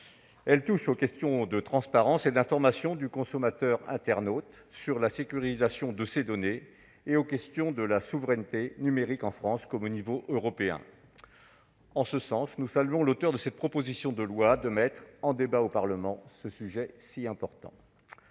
Elle touche aux questions de la transparence et de l'information du consommateur internaute sur la sécurisation de ses données, ainsi qu'à la question de la souveraineté numérique tant en France qu'au niveau européen. En ce sens, nous remercions l'auteur de cette proposition de loi de mettre ce sujet si important